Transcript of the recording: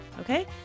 Okay